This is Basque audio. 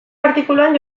artikuluan